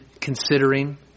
Considering